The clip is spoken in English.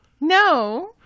No